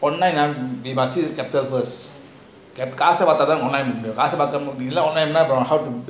online ah we must see the capital first காச பாத தான் மோதலை காச பாக்களான:kaasa paatha thaan mothala kaasa paakalana then how to